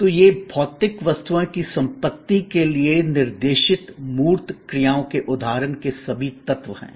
तो ये भौतिक वस्तुओं की संपत्ति के लिए निर्देशित मूर्त क्रियाओं के उदाहरण के सभी तत्व हैं